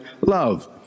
love